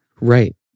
Right